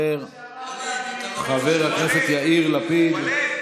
דווקא אלי אבידר, חבר הכנסת יאיר לפיד.